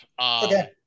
Okay